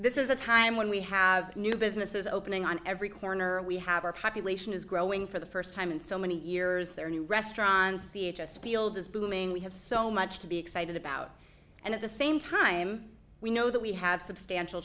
this is a time when we have new businesses opening on every corner we have our population is growing for the first time in so many years there are new restaurants see it just field is booming we have so much to be excited about and at the same time we know that we have substantial